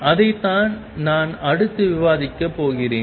அதைத்தான் நான் அடுத்து விவாதிக்கப் போகிறேன்